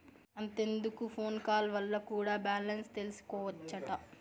అంతెందుకు phone call వల్ల కూడా బాలెన్స్ తెల్సికోవచ్చట